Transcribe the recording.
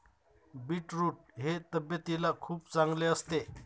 beetroot हे तब्येतीला खूप चांगले असते